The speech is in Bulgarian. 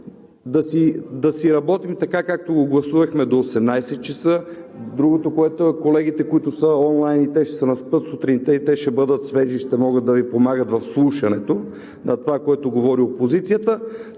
и да работим така, както го гласувахме – до 18,00 ч. Другото, което е – колегите, които са онлайн, и те ще се наспят, сутринта ще бъдат свежи и ще могат да Ви помагат в слушането на това, което говори опозицията,